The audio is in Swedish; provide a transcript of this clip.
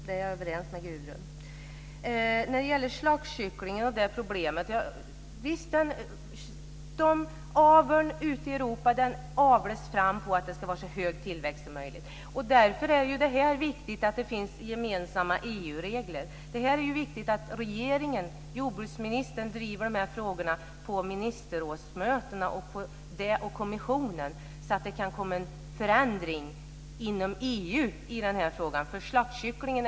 Det är jag överens med När det gäller problemet med slaktkycklingar är det så att ute i Europa avlar man fram så att det ska vara så hög tillväxt som möjligt. Därför är det viktigt att det finns gemensamma EU-regler. Det är viktigt att regeringen och jordbruksministern driver frågorna på ministerrådsmötena och i kommissionen, så att det kan komma en förändring inom EU i den här frågan.